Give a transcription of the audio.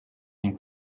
been